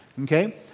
Okay